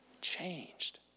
changed